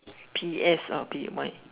P S not P Y